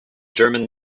german